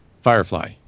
Firefly